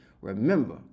remember